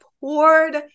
poured